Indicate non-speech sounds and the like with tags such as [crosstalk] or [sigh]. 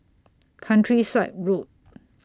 [noise] Countryside Road